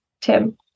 Tim